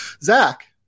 zach